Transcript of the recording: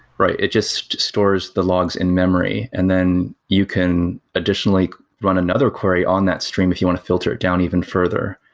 right. it just stores the logs in-memory and then you can additionally run another query on that stream if you want to filter it down even further.